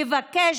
מבקש